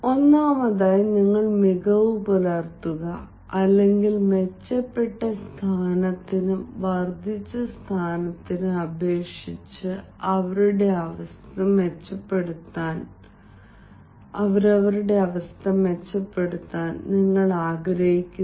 ഒന്ന് മികവ് പുലർത്തുക അല്ലെങ്കിൽ മെച്ചപ്പെട്ട സ്ഥാനത്തിനും വർദ്ധിച്ച സ്ഥാനത്തിനും അപേക്ഷിച്ച് അവരുടെ അവസ്ഥ മെച്ചപ്പെടുത്താൻ അവർ ആഗ്രഹിക്കുന്നു